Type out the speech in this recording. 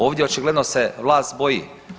Ovdje očigledno se vlast boji.